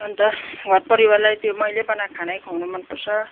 अन्त घर परिवारलाई त्यो मैले बनाएको खानै खुवाउनु मन पर्छ